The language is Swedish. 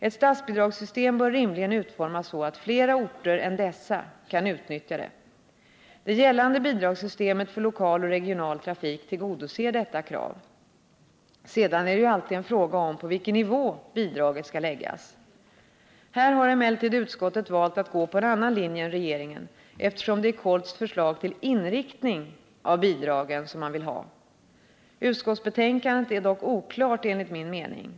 Ett statsbidragssystem bör rimligen utformas så att flera orter än dessa kan utnyttja det. Det gällande bidragssystemet för lokal och regional trafik tillgodoser detta krav. Sedan är det ju alltid en fråga om på vilken nivå bidraget skall läggas. Här har emellertid utskottet valt att gå på en annan linje än regeringen, eftersom det är KOLT:s förslag till inriktning av bidragen som man vill ha. Utskottsbetänkandet är dock oklart enligt min mening.